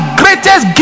greatest